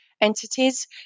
entities